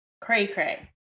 cray-cray